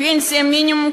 "פנסיה מינימום",